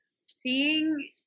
Seeing